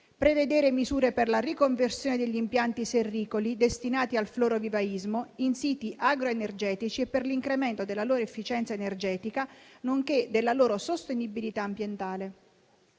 prevedere misure per la riconversione degli impianti serricoli destinati al florovivaismo in siti agroenergetici e per l'incremento della loro efficienza energetica, nonché della loro sostenibilità ambientale;